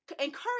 encourage